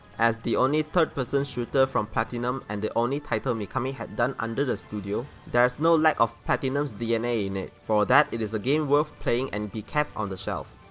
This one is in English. as the only third person shooter from platinum and the only title mikami had done under the studio, there's no lack of platinum's dna in it, for that it is a game worth playing and be kept on the shelf.